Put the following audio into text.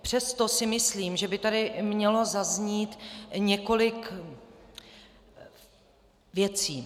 Přesto si myslím, že by tady mělo zaznít několik věcí.